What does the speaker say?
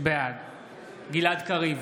בעד גלעד קריב,